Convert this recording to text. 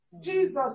Jesus